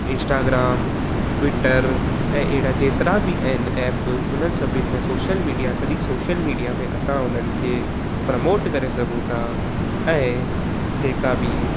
Instagram Twitter ऐं अहिड़ा जेतिरा बि आहिनि एप हुननि सभिनि में सोशल मीडिया सॼी सोशल मीडिया में असां हुननि खे प्रमोट करे सघूं था ऐं जेका बि